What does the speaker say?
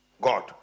God